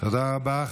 תודה רבה.